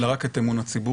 אלא רק את אמון הציבור,